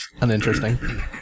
uninteresting